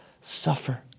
suffer